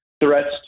Threats